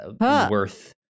worth